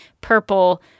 purple